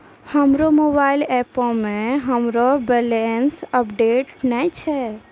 हमरो मोबाइल एपो मे हमरो बैलेंस अपडेट नै छै